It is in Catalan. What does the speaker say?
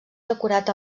decorat